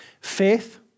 faith